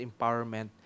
empowerment